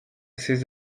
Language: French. ces